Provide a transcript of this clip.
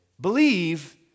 believe